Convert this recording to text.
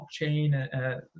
blockchain